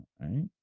Right